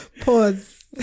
pause